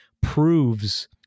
proves